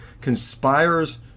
conspires